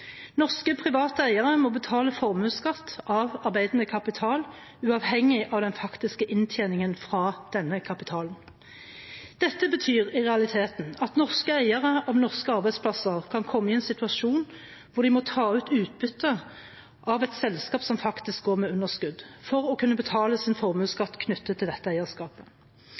Norske, private eiere må betale formuesskatt av arbeidende kapital uavhengig av den faktiske inntjeningen fra denne kapitalen. Dette betyr i realiteten at norske eiere av norske arbeidsplasser kan komme i en situasjon hvor de må ta ut utbytte av et selskap som faktisk går med underskudd, for å kunne betale sin formuesskatt knyttet til dette eierskapet.